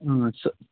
سُہ